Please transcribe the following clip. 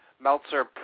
Meltzer